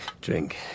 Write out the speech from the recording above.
Drink